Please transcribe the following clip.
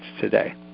today